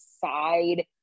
side